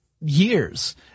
years